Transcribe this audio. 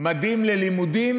ממדים ללימודים,